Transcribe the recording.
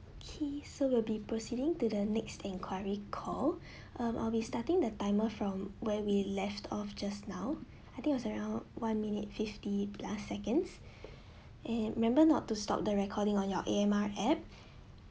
okay so we will be proceeding to the next enquiry call um I'll be starting the timer from where we left off just now I think it was around one minute fifty plus seconds and remember not to stop the recording on your A_M_R app